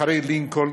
אחרי לינקולן,